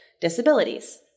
disabilities